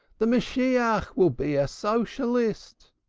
the messiah will be a socialist.